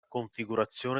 configurazione